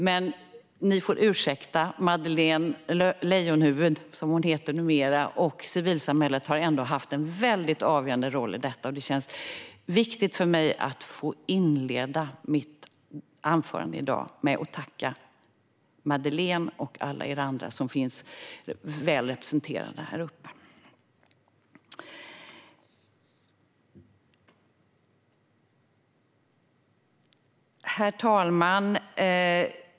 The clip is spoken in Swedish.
Men ni får ursäkta: Madeleine Leijonhufvud, som hon heter numera, och civilsamhället har ändå haft en avgörande roll. Det känns viktigt för mig att få inleda mitt anförande med att tacka Madeleine och alla er andra som finns representerade på åhörarläktaren i dag. Herr talman!